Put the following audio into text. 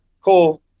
cool